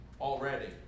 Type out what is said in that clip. already